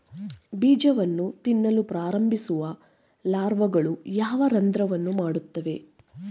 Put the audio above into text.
ಬೀಜವನ್ನು ತಿನ್ನಲು ಪ್ರಾರಂಭಿಸುವ ಲಾರ್ವಾಗಳು ಯಾವ ರಂಧ್ರವನ್ನು ಮಾಡುತ್ತವೆ?